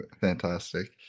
fantastic